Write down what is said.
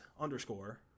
underscore